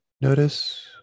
Notice